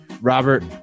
Robert